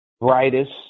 brightest